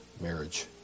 marriage